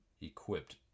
equipped